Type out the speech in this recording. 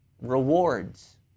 rewards